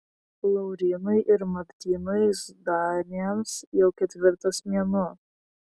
laurynui ir martynui zdaniams jau ketvirtas mėnuo